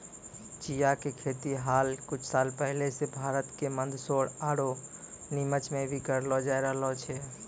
चिया के खेती हाल कुछ साल पहले सॅ भारत के मंदसौर आरो निमच मॅ भी करलो जाय रहलो छै